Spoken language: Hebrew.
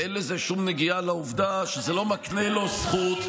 ואין לזה שום נגיעה לעובדה שזה לא מקנה לו זכות,